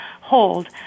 hold